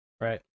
Right